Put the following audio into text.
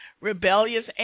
rebellious